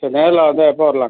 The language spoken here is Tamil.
சரி நேர்ல வந்தால் எப்போ வரலாங்க